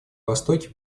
востоке